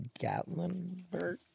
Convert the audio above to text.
Gatlinburg